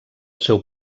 seu